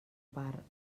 part